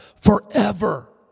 forever